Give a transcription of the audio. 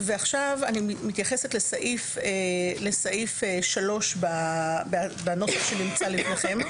אני מתייחסת לסעיף 3 בנוסח שנמצא לפניכם,